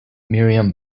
miriam